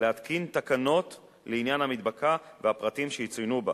להתקין תקנות לעניין המדבקה והפרטים שיצוינו בה,